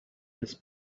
this